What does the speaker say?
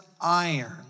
iron